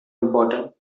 important